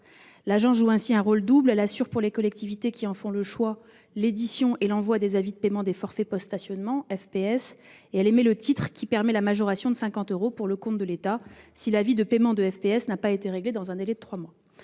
L'Agence joue ainsi un rôle double : d'une part, elle assure, pour les collectivités qui en font le choix, l'édition et l'envoi des avis de paiement des forfaits de post-stationnement (FPS) ; d'autre part, elle émet le titre permettant la majoration de 50 euros pour le compte de l'État, si l'avis de paiement de FPS n'a pas été réglé dans un délai de trois mois.